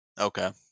Okay